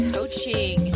Coaching